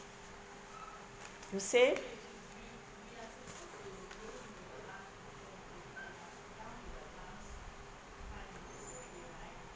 to save